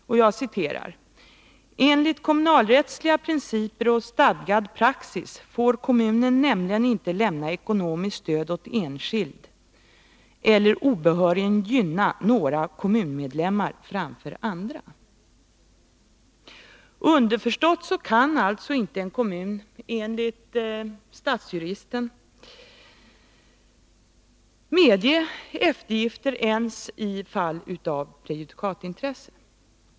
Hon framhåller där att enligt kommunalrättsliga principer och stadgad praxis får kommunen inte lämna ekonomiskt stöd åt enskild eller obehörigen gynna några kommunmedlemmar framför andra. — Underförstått kan alltså enligt stadsjuristen en kommun inte medge eftergifter ens i fall av prejudikatintresse.